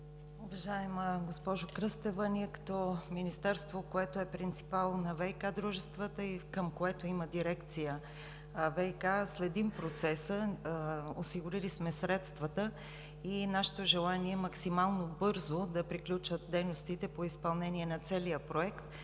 Уважаема госпожо Кръстева, ние като Министерство, което е принципал на ВиК дружествата и към което има дирекция „ВиК“, следим процеса. Осигурили сме средствата и нашето желание е максимално бързо да приключат дейностите по изпълнение на целия проект